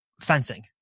fencing